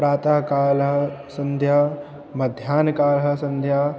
प्रातःकालः सन्ध्या मध्यान्कालः सन्ध्या